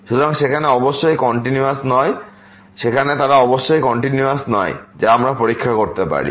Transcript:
সুতরাং সেখানে তারা অবশ্যই কন্টিনিউয়াস নয় যা আমরা পরীক্ষা করতে পারি